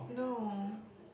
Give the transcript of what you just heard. no